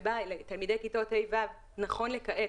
שבה תלמידי כיתות ה'-ו' נכון לעכשיו,